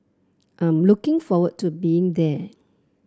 I'm looking forward to being there